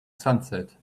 sunset